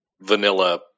vanilla